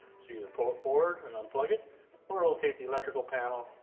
so you'll and pull it forward and unplug it or locate the electrical panel,